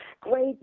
great